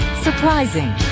Surprising